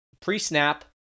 pre-snap